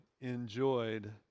enjoyed